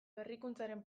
berrikuntzaren